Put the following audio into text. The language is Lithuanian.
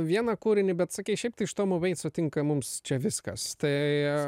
vieną kūrinį bet sakei šiaip tai iš tomo vait sutinka mums čia viskas tai e